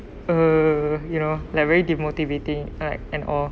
uh you know like very demotivating right and all